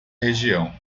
região